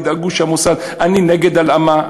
אני נגד הלאמה.